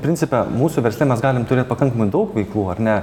principe mūsų versle mes galim turėt pakankamai daug veiklų ar ne